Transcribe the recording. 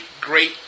great